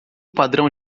padrão